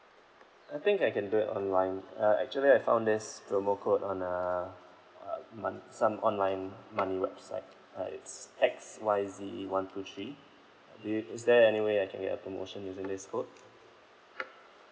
I think I can do it online uh actually I found this promo code on a uh mon~ some online money website uh it's X Y Z one two three is there anyway I can get a promotion using this code